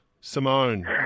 Simone